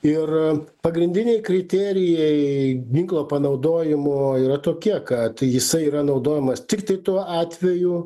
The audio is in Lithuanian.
ir pagrindiniai kriterijai ginklo panaudojimo yra tokie kad jisai yra naudojamas tiktai tuo atveju